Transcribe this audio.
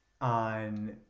on